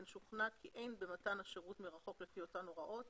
כן שוכנע כי אין במתן השירות מרחוק לפי אותן הוראות